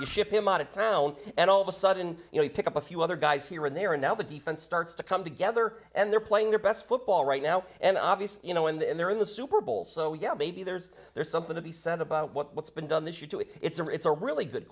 you ship him out of town and all of a sudden you know you pick up a few other guys here and there and now the defense starts to come together and they're playing their best football right now and obviously you know in the end they're in the super bowl so yeah maybe there's there's something to be sent about what's been done this year to it it's a it's a really good